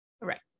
Right